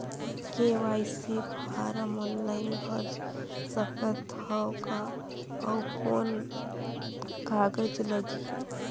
KYC form online भर सकत हवं का? अउ कौन कागज लगही?